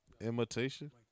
Imitation